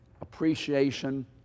appreciation